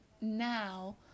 now